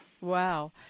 Wow